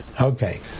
Okay